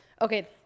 Okay